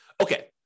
Okay